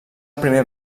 primer